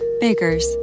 Baker's